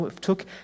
took